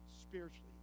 spiritually